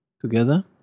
together